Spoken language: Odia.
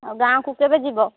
ଗାଁକୁ କେବେ ଯିବ